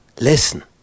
listen